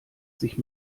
sich